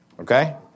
okay